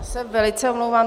Já se velice omlouvám.